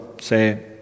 say